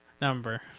number